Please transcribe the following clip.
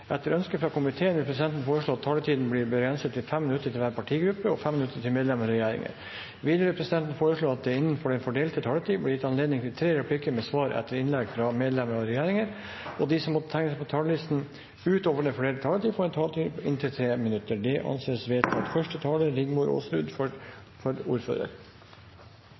Etter ønske fra justiskomiteen vil presidenten foreslå at taletiden blir begrenset til 5 minutter til hver partigruppe og 5 minutter til medlem av regjeringen. Videre vil presidenten foreslå at det – innenfor den fordelte taletid – blir gitt anledning til fem replikker med svar etter innlegg fra medlemmer av regjeringen, og at de som måtte tegne seg på talerlisten utover den fordelte taletid, får en taletid på inntil 3 minutter. – Det anses vedtatt.